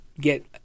get